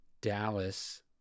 Dallas